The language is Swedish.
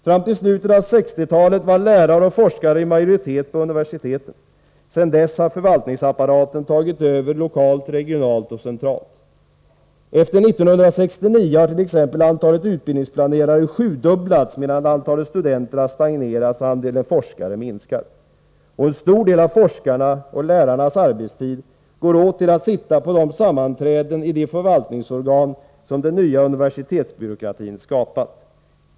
Fram till slutet av 60-talet var lärare och forskare i majoritet på universiteten. Sedan dess har förvaltningsapparaten tagit över lokalt, regionalt och centralt. Efter 1969 har till exempel antalet utbildningsplanerare sjudubblats medan antalet studenter har stagnerat och andelen forskare minskar. Och en stor del av forskarnas och lärarnas arbetstid går åt till att sitta på de sammanträden i de förvaltningsorgan som den nya universitetsbyråkratin skapat.